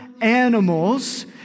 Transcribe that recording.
animals